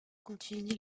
continuer